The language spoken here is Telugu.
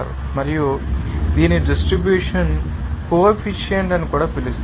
మరియు దీనిని డిస్ట్రిబ్యూషన్ కో ఎఫిసియెంట్ అని కూడా పిలుస్తారు